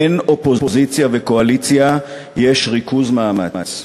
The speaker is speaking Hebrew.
אין אופוזיציה וקואליציה, יש ריכוז מאמץ.